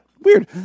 Weird